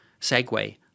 segue